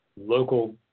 local